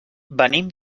venim